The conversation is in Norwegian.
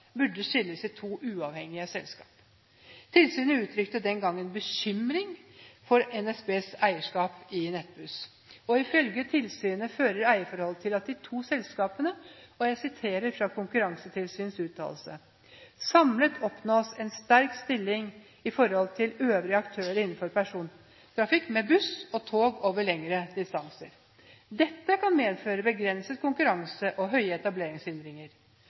burde skilles i to uavhengige selskaper. Tilsynet uttrykte den gang bekymring for NSBs eierskap i Nettbuss. Ifølge Konkurransetilsynets uttalelse fører eierforholdet til at de to selskapene «samlet oppnår en sterk stilling i forhold til øvrige aktører innenfor persontrafikk med buss og tog over lengre distanser. Dette kan medføre begrenset konkurranse og høye